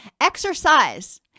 Exercise